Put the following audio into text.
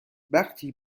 وقتی